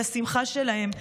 את השמחה שלהם,